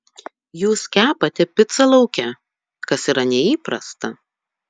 jūs kepate picą lauke kas yra neįprasta